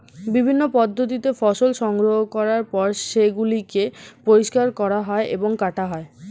বিভিন্ন পদ্ধতিতে ফসল সংগ্রহ করার পর সেগুলোকে পরিষ্কার করা হয় এবং কাটা হয়